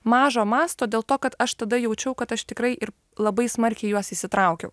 mažo masto dėl to kad aš tada jaučiau kad aš tikrai ir labai smarkiai juos įsitraukiau